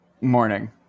Morning